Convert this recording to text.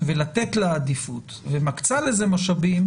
ולתת לה עדיפות ומקצה לזה משאבים,